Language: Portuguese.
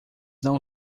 não